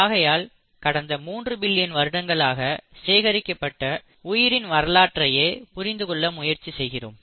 ஆகையால் கடந்த 3 பில்லியன் வருடங்களாக சேகரிக்கப்பட்ட உயிரின் வரலாற்றையே புரிந்துகொள்ள முயற்சி செய்கிறோம்